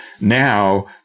Now